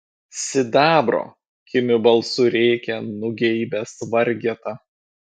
sidabro kimiu balsu rėkia nugeibęs vargeta